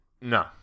no